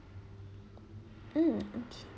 mm okay